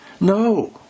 No